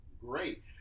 great